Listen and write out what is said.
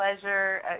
pleasure